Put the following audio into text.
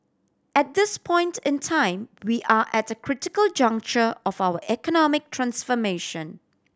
at this point in time we are at a critical juncture of our economic transformation